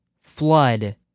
flood